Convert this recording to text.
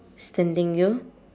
standing you